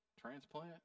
transplant